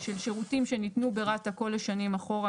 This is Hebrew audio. של שירותים שניתנו ברת"א כל השנים אחורה,